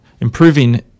improving